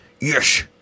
Yes